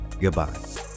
Goodbye